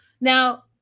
Now